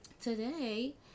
today